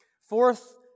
Fourth